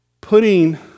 putting